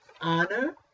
honor